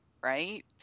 right